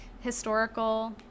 historical